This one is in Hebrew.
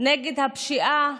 נגד הפשיעה,